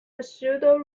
pseudo